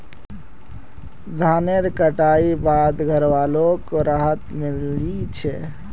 धानेर कटाई बाद घरवालोक राहत मिली छे